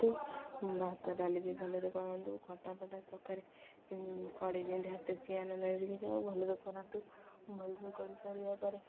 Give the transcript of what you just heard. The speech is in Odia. ଭାତ ଡାଲି ବି ଭଲରେ କରନ୍ତୁ ଖଟା ଫଟା ଚକାରେ କଡ଼େଇ ଯେମିତି ହାତରେ ଚିଆଁ ନ ଲାଗି ଯାଉ ଭଲରେ କରାନ୍ତୁ ଭଲରେ କରି ସାରିବା ପରେ